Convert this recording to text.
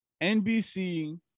NBC